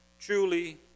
Truly